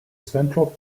central